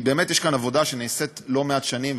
באמת יש כאן עבודה שנעשית לא מעט שנים,